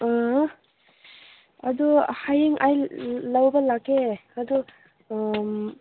ꯑꯥ ꯑꯗꯣ ꯍꯌꯦꯡ ꯑꯩ ꯂꯧꯕ ꯂꯥꯛꯀꯦ ꯑꯗꯨ